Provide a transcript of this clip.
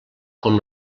com